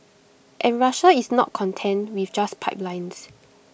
and Russia is not content with just pipelines